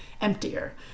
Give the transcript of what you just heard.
emptier